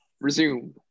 Resume